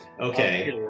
Okay